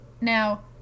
now